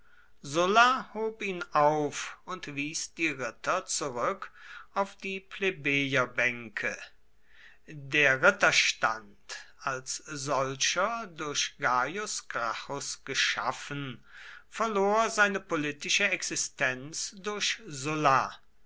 ihn auf und wies die ritter zurück auf die plebejerbänke der ritterstand als solcher durch gaius gracchus geschaffen verlor seine politische existenz durch sulla